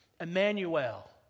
Emmanuel